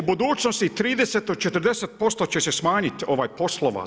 U budućnosti 30 do 40% će se smanjiti poslova.